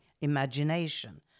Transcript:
imagination